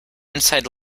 inside